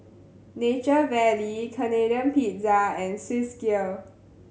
Nature Valley Canadian Pizza and Swissgear